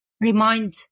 remind